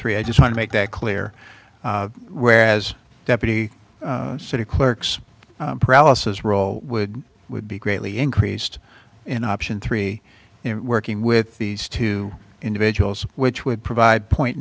three i just want to make that clear whereas deputy city clerk's paralysis role would would be greatly increased in option three working with these two individuals which would provide point